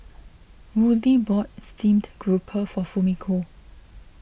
Woodie bought Steamed Grouper for Fumiko